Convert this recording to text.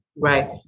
Right